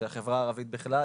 של החברה הערבית בכלל,